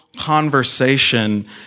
conversation